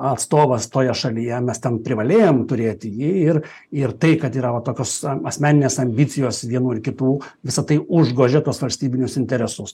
atstovas toje šalyje mes ten privalėjom turėti jį ir ir tai kad yra vat tokios asmeninės ambicijos vienų ir kitų visa tai užgožia tuos valstybinius interesus